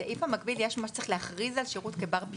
בסעיף המקביל יש את מה שצריך כדי להכריז על שירות כבר-פיקוח,